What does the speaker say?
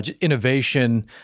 innovation